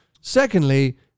Secondly